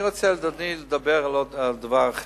אני רוצה לדבר, אדוני, על דבר אחר,